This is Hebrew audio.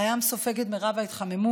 הים סופג את מרב ההתחממות,